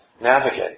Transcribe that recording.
navigate